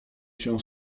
się